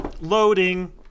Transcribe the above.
Loading